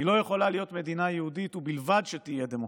היא לא יכולה להיות מדינה יהודית ובלבד שתהיה דמוקרטית.